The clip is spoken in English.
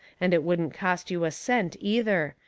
and it wouldn't cost you a cent, either.